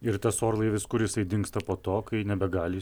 ir tas orlaivis kur jisai dingsta po to kai nebegali